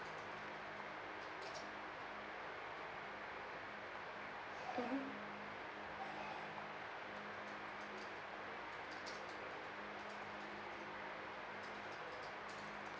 mmhmm